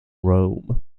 rome